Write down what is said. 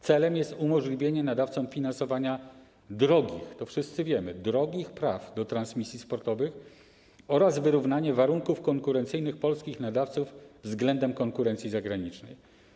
Celem jest umożliwienie nadawcom finansowania drogich - to wszyscy wiemy - praw do transmisji sportowych oraz wyrównanie warunków konkurencyjnych polskich nadawców względem konkurencji zagranicznej.